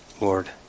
Lord